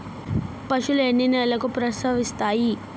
పశువులు ఎన్ని నెలలకు ప్రసవిస్తాయి?